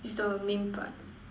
is the main part